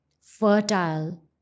fertile